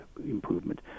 improvement